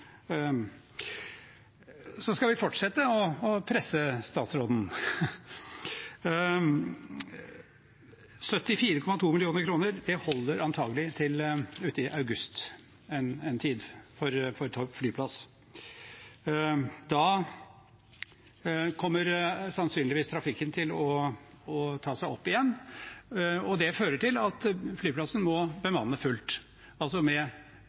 ut i august en gang for Torp flyplass. Da kommer sannsynligvis trafikken til å ta seg opp igjen, og det fører til at flyplassen må bemanne fullt, altså med